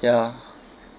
ya